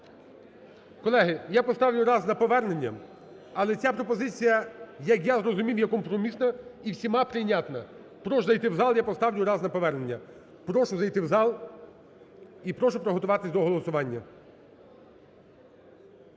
Колеги, я поставлю раз на повернення, але ця пропозиція, як я зрозумів, є компромісна і всіма прийнятна. Прошу зайти в зал. Я поставлю раз на повернення. Прошу зайти в зал і прошу приготуватися до голосування.